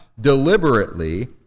deliberately